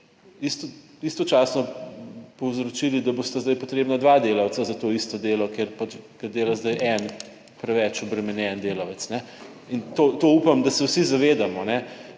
istočasno povzročili, da bosta zdaj potrebna dva delavca za to isto delo, kar dela zdaj en preveč obremenjen delavec in to upam, da se vsi zavedamo,